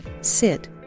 SIT